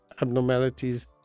abnormalities